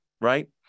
right